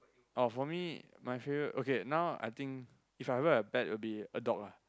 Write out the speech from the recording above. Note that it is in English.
oh for me my favorite okay now I think if I've a pet it would be a dog ah